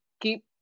keep